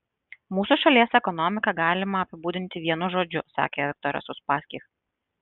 mūsų šalies ekonomiką galima apibūdinti vienu žodžiu sakė viktoras uspaskich